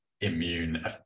immune